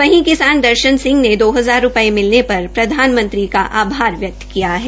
वहीं किसान दर्शन सिंह ने दो हजार रूपये मिलने पर प्रधानमंत्री का आभार जताया है